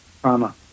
trauma